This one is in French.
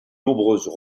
nombreuses